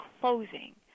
closing